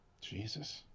Jesus